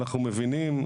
אנחנו מבינים,